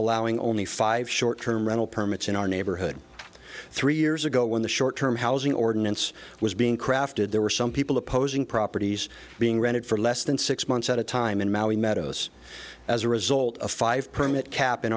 outing only five short term rental permits in our neighborhood three years ago when the short term housing ordinance was being crafted there were some people opposing properties being rented for less than six months at a time in mowing meadows as a result of five permit kept in